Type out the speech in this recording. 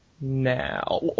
now